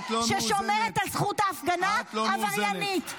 ששומרת על זכות ההפגנה עבריינית.